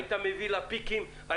היית נערך במיוחד לפיקים.